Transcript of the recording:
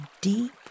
deep